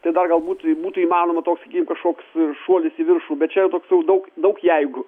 tai dar galbūt būtų įmanoma toks sakykim kažkoks šuolis į viršų bet čia toks jau daug daug jeigu